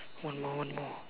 one more one more